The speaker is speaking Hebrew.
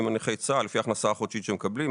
נכי צה"ל לפי ההכנסה החודשית שמקבלים,